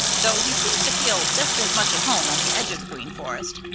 though he seems to feel just as much at home on the edge of the green forest,